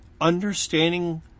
understanding